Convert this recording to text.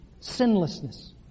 sinlessness